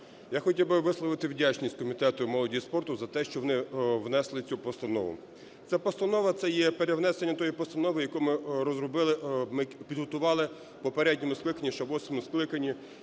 я хотів би висловити вдячність Комітету молоді і спорту за те, що вони внесли цю постанову. Ця постанова - це є перевнесення тієї постанови, яку ми розробили, ми підготували в попередньому скликанні, ще у восьмому скликанні.